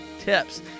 TIPS